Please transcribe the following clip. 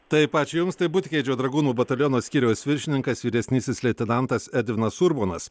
taip ačiū jums tai butigeidžio dragūnų bataliono skyriaus viršininkas vyresnysis leitenantas edvinas urbonas